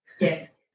Yes